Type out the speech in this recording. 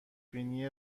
بینی